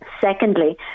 Secondly